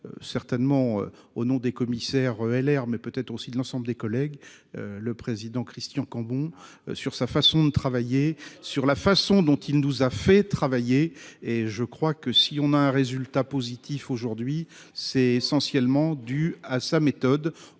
Certainement au nom des commissaires et l'air mais peut être aussi de l'ensemble des collègues. Le président Christian Cambon sur sa façon de travailler sur la façon dont il nous a fait travailler et je crois que si on a un résultat positif. Aujourd'hui c'est essentiellement dû à sa méthode,